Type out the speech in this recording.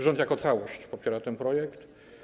Rząd jako całość popiera ten projekt.